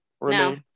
No